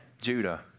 Judah